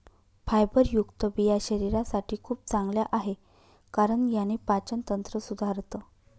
फायबरयुक्त बिया शरीरासाठी खूप चांगल्या आहे, कारण याने पाचन तंत्र सुधारतं